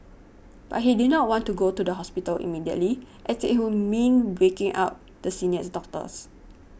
but he did not want to go to the hospital immediately as it would mean waking up the seniors doctors